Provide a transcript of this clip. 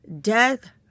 death